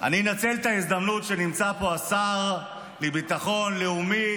אני אנצל את ההזדמנות שנמצא פה השר מביטחון לאומי,